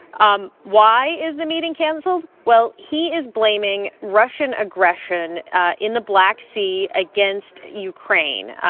um why is the meeting canceled? well, he is blaming russian aggression in the black sea against ukraine.